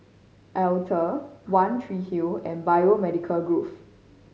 Altez One Tree Hill and Biomedical Grove